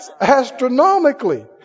Astronomically